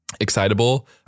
Excitable